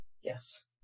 Yes